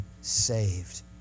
saved